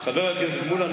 חבר הכנסת מולה,